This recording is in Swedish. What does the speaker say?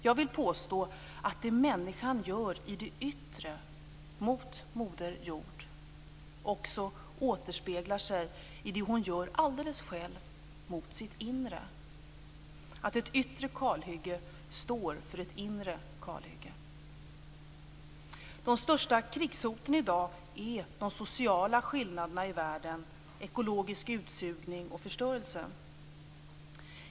Jag vill påstå att det människan gör i det yttre mot moder jord också återspeglas i det hon gör alldeles själv mot sitt inre; ett yttre kalhygge står för ett inre kalhygge. De största krigshoten i dag är de sociala skillnaderna i världen, ekologisk utsugning och förstörelse.